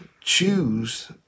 choose